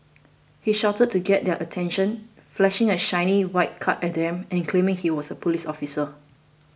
he shouted to get their attention flashing a shiny white card at them and claiming he was a police officer